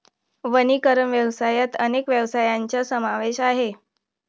वनीकरण व्यवसायात अनेक व्यवसायांचा समावेश आहे